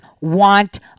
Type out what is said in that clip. want